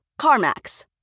CarMax